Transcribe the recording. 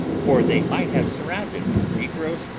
for they might have surrounded our negroes,